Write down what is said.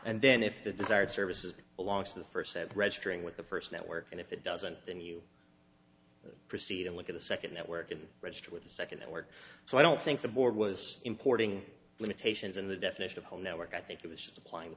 and then if the desired service is belongs to the first set registering with the first network and if it doesn't then you proceed and look at the second network and register with the second at work so i don't think the board was importing limitations in the definition of whole network i think it was supplying